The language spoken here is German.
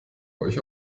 euch